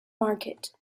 market